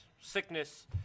sickness